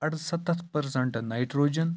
اَرسَتتَھ percent nitrogen